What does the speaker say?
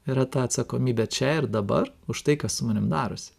yra ta atsakomybė čia ir dabar už tai kas su manim darosi